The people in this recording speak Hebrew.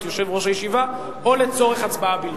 יושב-ראש הישיבה או לצורך הצבעה בלבד".